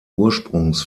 ursprungs